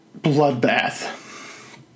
Bloodbath